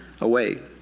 away